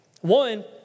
One